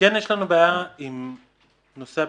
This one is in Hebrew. כן יש לנו בעיה עם נושא הבטיחות.